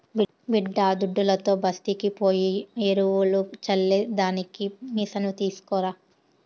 బిడ్డాదుడ్డుతో బస్తీకి పోయి ఎరువులు చల్లే దానికి మిసను తీస్కరా